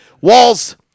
Wall's